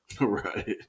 Right